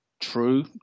true